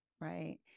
Right